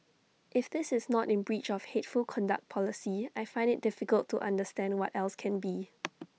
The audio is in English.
if this is not in breach of hateful conduct policy I find IT difficult to understand what else can be